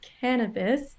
cannabis